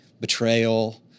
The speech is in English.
betrayal